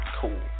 cool